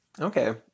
Okay